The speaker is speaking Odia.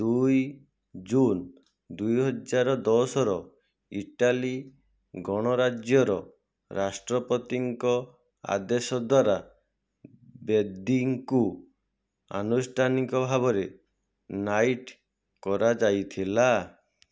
ଦୁଇ ଜୁନ୍ ଦୁଇହଜାର ଦଶର ଇଟାଲୀ ଗଣରାଜ୍ୟର ରାଷ୍ଟ୍ରପତିଙ୍କ ଆଦେଶ ଦ୍ୱାରା ବେଦୀଙ୍କୁ ଆନୁଷ୍ଠାନିକ ଭାବରେ ନାଇଟ୍ କରାଯାଇଥିଲା